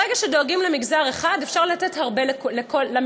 ברגע שדואגים למגזר אחד אפשר לתת הרבה למגזר,